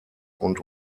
und